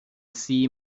see